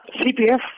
CPF